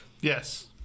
Yes